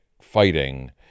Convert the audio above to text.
fighting